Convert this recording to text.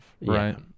right